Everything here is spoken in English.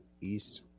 east